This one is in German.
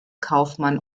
kaufmann